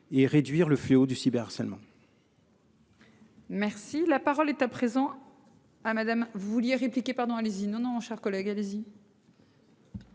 et réduire le fléau du cyber-, harcèlement.